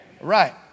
Right